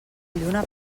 lluna